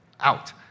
out